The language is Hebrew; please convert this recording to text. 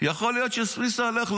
יכול להיות שסויסה הלך,